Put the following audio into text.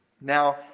Now